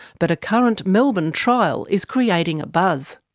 but a current melbourne trial is creating a buzz.